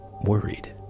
worried